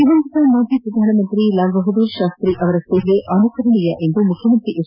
ದಿವಂಗತ ಮಾಜಿ ಪ್ರಧಾನಮಂತ್ರಿ ಲಾಲ್ ಬಹದ್ದೂರ್ ಶಾಸ್ತಿ ಅವರ ಸೇವೆ ಅನುಕರಣೀಯ ಎಂದು ಮುಖ್ಯಮಂತ್ರಿ ಎಚ್